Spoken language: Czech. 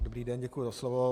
Dobrý den, děkuji za slovo.